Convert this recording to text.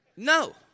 No